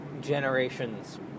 generations